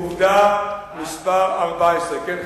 עובדה מספר 14. כן,